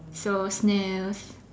so snails